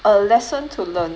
a lesson to learn